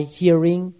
hearing